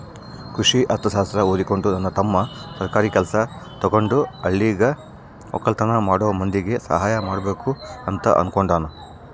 ಕೃಷಿ ಅರ್ಥಶಾಸ್ತ್ರ ಓದಿಕೊಂಡು ನನ್ನ ತಮ್ಮ ಸರ್ಕಾರಿ ಕೆಲ್ಸ ತಗಂಡು ಹಳ್ಳಿಗ ವಕ್ಕಲತನ ಮಾಡೋ ಮಂದಿಗೆ ಸಹಾಯ ಮಾಡಬಕು ಅಂತ ಅನ್ನುಕೊಂಡನ